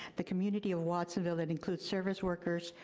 the community of watsonville that includes service workers,